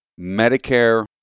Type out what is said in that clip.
Medicare